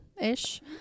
ish